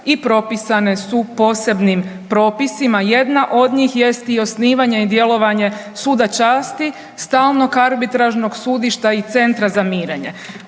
i propisane su posebnim propisima. Jedna od njih jest i osnivanje i djelovanje suda časti, stalnog arbitražnog sudišta i centra za mirenje.